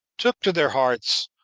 took to their hearts,